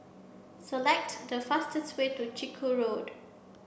select the fastest way to Chiku Road